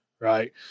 right